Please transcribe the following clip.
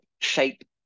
shape